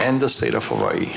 and the state of illinois